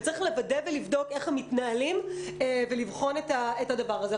צריך לוודא ולבדוק איך הם מתנהלים ולבחון את הדבר הזה.